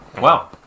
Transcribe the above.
Wow